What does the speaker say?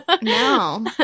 No